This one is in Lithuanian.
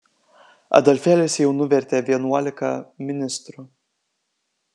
adolfėlis jau nuvertė vienuolika ministrų